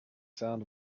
sound